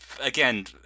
Again